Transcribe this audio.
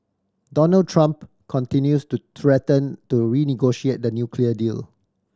Donald Trump continues to threaten to renegotiate the nuclear deal